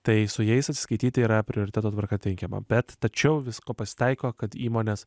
tai su jais atsiskaityti yra prioriteto tvarka teikiama bet tačiau visko pasitaiko kad įmonės